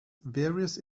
various